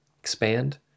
expand